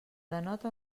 denota